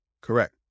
Correct